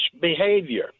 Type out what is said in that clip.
behavior